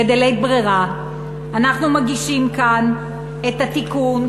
בלית ברירה אנחנו מגישים כאן את התיקון,